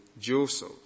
Joseph